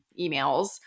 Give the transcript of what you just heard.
emails